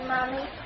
Mommy